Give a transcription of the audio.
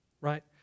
right